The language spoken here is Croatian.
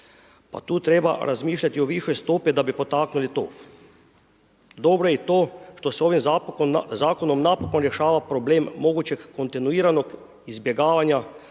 a tu treba razmišljati o višoj stopi da bi potaknuli tof. Dobro je i to što se ovim zakonom napokon rješava problem mogućeg kontinuiranog izbjegavanja